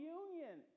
union